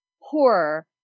horror